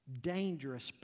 Dangerous